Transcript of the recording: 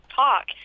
talk